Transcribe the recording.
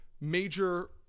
major